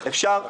טוב, אפשר?